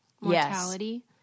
mortality